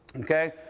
okay